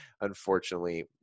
unfortunately